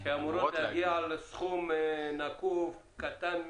-- שהן אמורות להגיע לסכום נקוב קטן מאוד,